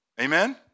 Amen